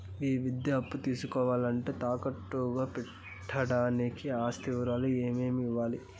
ఈ విద్యా అప్పు తీసుకోవాలంటే తాకట్టు గా పెట్టడానికి ఆస్తి వివరాలు ఏమేమి ఇవ్వాలి?